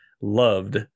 loved